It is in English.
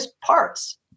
parts